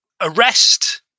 arrest